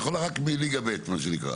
היא יכולה רק מליגה ב' מה שנקרא.